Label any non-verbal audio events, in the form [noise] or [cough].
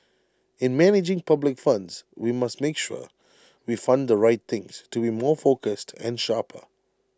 in managing public funds we must make sure [noise] we fund the right things to be more focused and sharper